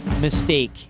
mistake